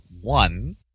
one